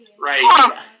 right